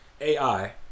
AI